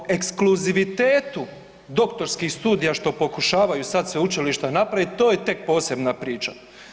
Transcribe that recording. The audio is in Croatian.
A o ekskluzivitetu doktorskih studija što pokušavaju sad sveučilišta napraviti, to je tek posebna priča.